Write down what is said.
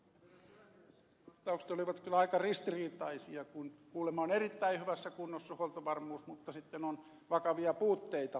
vastaukset olivat kyllä aika ristiriitaisia kun kuulemma on erittäin hyvässä kunnossa huoltovarmuus mutta sitten on vakavia puutteita